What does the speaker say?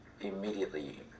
immediately